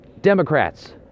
Democrats